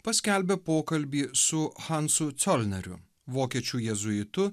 paskelbė pokalbį su hansu colneriu vokiečių jėzuitu